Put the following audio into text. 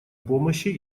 помощи